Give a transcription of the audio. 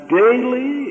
daily